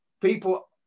People